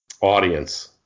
audience